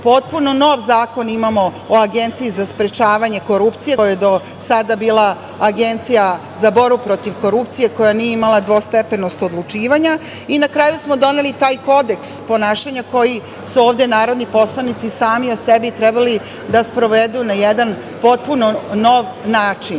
potpuno nov Zakon imamo o Agenciji za sprečavanje korupcije, koja je do sada bila Agencija za borbu protiv korupcije koja nije imala dvostepenost odlučivanja i na kraju smo doneli taj Kodeks ponašanja koji su ovde narodni poslanici sami o sebi trebali da sprovedu na jedan potpuno nov način. Sada